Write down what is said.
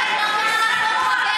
אתם לא מעל החוק הבין-לאומי,